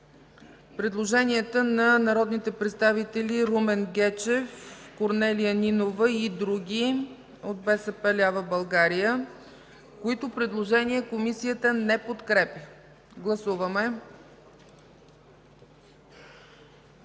предложенията на народните представители Румен Гечев, Корнелия Нинова и други от БСП лява България, които Комисията не подкрепя. Гласували